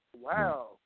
Wow